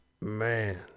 man